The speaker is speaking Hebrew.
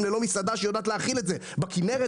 ללא מסעדה שיודעת להכין את זה בכינרת,